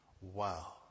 Wow